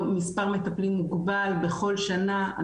מספר מטפלים מוגבל בכל שנה,